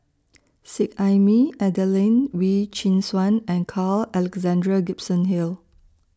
Seet Ai Mee Adelene Wee Chin Suan and Carl Alexander Gibson Hill